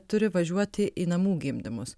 turi važiuoti į namų gimdymus